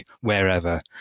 wherever